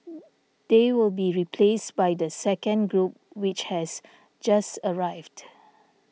they will be replaced by the second group which has just arrived